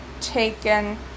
taken